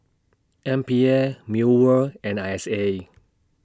M P A Mewr and I S A